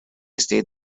stayed